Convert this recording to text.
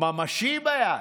ממשי ביד,